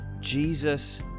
Jesus